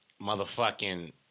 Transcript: motherfucking